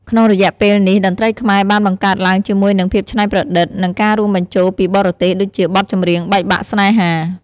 ក្នុងរយៈពេលនេះ តន្ត្រីខ្មែរបានបង្កើតឡើងជាមួយនឹង ភាពច្នៃប្រឌិត និងការរួមបញ្ចូលពីបរទេស ដូចជាបទចម្រៀងបែកបាក់ស្នេហា។